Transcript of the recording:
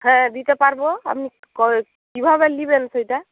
হ্যাঁ দিতে পারব আপনি কয় কীভাবে নেবেন সেইটা